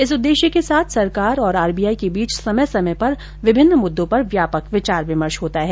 इस उद्देश्य के साथ सरकार और आरबीआई के बीच समय समय पर विभिन्न मुद्दों पर व्यापक विचार विमर्श होता है